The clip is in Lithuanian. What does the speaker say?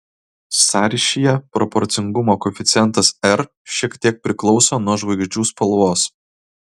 sąryšyje proporcingumo koeficientas r šiek tiek priklauso nuo žvaigždžių spalvos